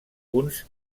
uns